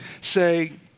say